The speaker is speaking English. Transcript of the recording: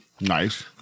Nice